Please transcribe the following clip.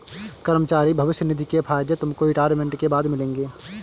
कर्मचारी भविष्य निधि के फायदे तुमको रिटायरमेंट के बाद मिलेंगे